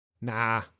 Nah